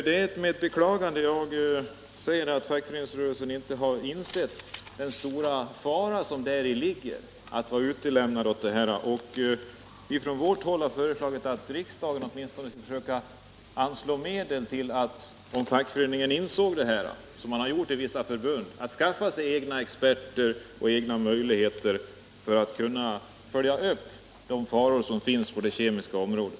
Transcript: Det är med ett beklagande jag säger att fackföreningsrörelsen inte har insett den stora fara som ligger i att vara utlämnad åt dessa forskare. Vi har från vårt håll föreslagit att riksdagen åtminstone skulle försöka anslå medel om fackföreningarna insåg — vissa förbund har gjort det — att det var viktigt att skaffa sig egna experter och egna möjligheter för att kunna följa upp de faror som finns på det kemiska området.